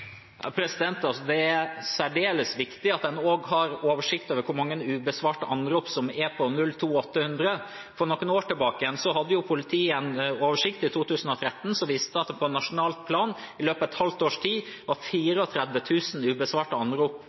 Det er særdeles viktig at en også har oversikt over hvor mange ubesvarte anrop som er til 02800. For noen år tilbake – i 2013 – hadde politiet en oversikt som viste at det på nasjonalt plan i løpet av et halvt års tid var 34 000 ubesvarte